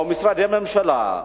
או משרדי ממשלה,